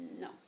No